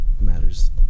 matters